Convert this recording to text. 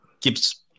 keeps